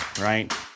right